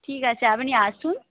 ঠিক আছে আপনি আসুন